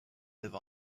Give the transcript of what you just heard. live